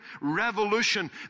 Revolution